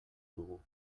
dugu